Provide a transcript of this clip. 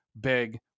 big